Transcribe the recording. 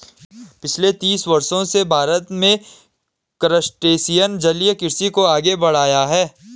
पिछले तीस वर्षों से भारत में क्रस्टेशियन जलीय कृषि को आगे बढ़ाया है